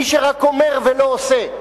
מי שרק אומר ולא עושה.